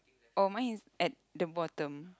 or mine is at the bottom